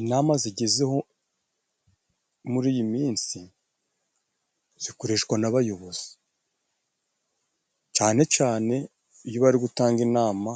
Inama zigezeho muri iyi minsi zikoreshwa n'abayobozi, cane cane iyo bari gutanga inama